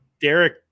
Derek